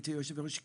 גברתי יושבת הראש,